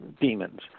demons